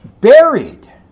buried